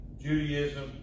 Judaism